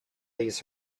these